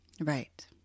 Right